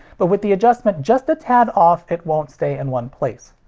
but with the adjustment just a tad off, it won't stay in one place.